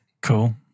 cool